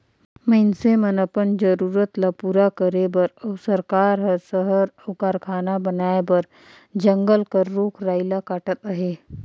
मइनसे मन अपन जरूरत ल पूरा करे बर अउ सरकार हर सहर अउ कारखाना बनाए बर जंगल कर रूख राई ल काटत अहे